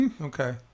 Okay